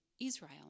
Israel